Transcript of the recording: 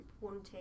wanting